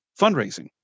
fundraising